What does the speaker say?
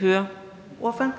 høre.